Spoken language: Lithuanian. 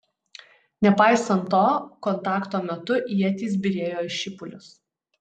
nepaisant to kontakto metu ietys byrėjo į šipulius